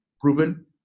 proven